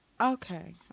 Okay